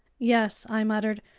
yes, i muttered,